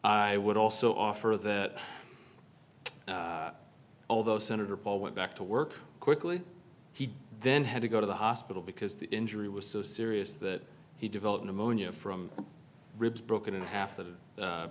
i would also offer that although senator paul went back to work quickly he then had to go to the hospital because the injury was so serious that he developed pneumonia from ribs broken in half th